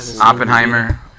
Oppenheimer